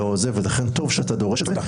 לכן טוב שאתה דורש את זה.